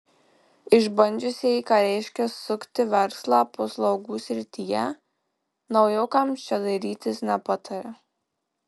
išbandžiusieji ką reiškia sukti verslą paslaugų srityje naujokams čia dairytis nepataria